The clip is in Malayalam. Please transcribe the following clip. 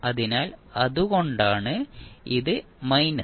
അതിനാൽ അതുകൊണ്ടാണ് ഇത് മൈനസ്